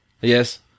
Yes